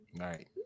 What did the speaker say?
Right